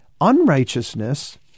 unrighteousness